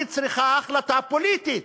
היא צריכה החלטה פוליטית.